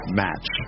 match